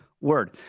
word